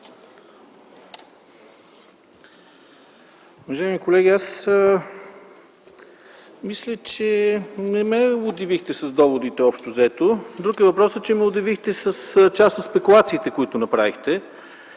Уважаеми колеги! Мисля, че не ме удивихте с доводите си, общо взето. Друг е въпросът, че ме удивихте с част от спекулациите, които направихте.